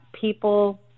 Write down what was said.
people